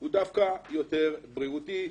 הוא דווקא יותר בריאותי.